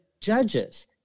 judges –